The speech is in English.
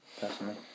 Personally